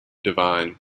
divine